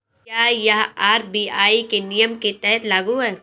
क्या यह आर.बी.आई के नियम के तहत लागू है?